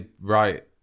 right